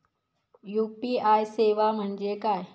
UPI सेवा म्हणजे काय?